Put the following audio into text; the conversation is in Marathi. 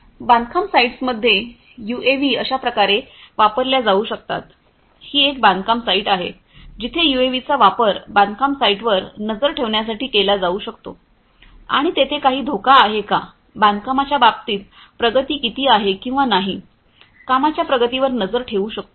बांधकाम साइट्समध्ये यूएव्ही अशा प्रकारे वापरल्या जाऊ शकतात ही एक बांधकाम साइट आहे जिथे यूएव्हीचा वापर बांधकाम साइटवर नजर ठेवण्यासाठी केला जाऊ शकतो आणि तेथे काही धोका आहे का बांधकामांच्या बाबतीत प्रगती किती आहे किंवा नाही कामाच्या प्रगतीवर नजर ठेवू शकतो